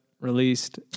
released